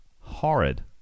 horrid